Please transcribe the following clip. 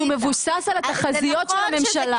שהוא מבוסס על התחזיות של הממשלה.